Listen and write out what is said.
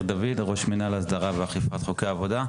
הצגנו את זה גם לחלק ממנהלי בתי החולים.